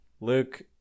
Luke